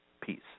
peace